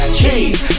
cheese